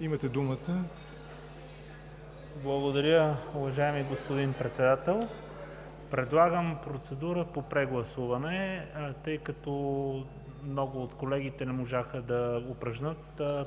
ИВАНОВ (ГЕРБ): Благодаря, уважаеми господин Председател. Предлагам процедурата по прегласуване, тъй като много от колегите не можаха да упражнят